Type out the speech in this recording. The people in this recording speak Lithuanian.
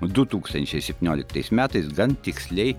du tūkstančiai septynioliktais metais gan tiksliai